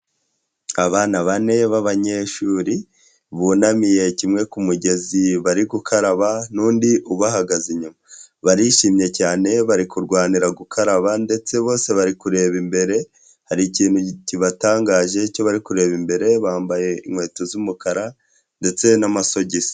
Abana bane b'abanyeshuri bunamiye kimwe ku mugezi bari gukaraba n'undi ubahagaze inyuma barishimye cyane bari kurwanira gukaraba ndetse bose bari kureba imbere, hari ikintu kibatangaje cyo bari kureba imbere bambaye inkweto z'umukara ndetse n'amasogisi.